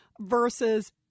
versus